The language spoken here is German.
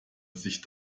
sich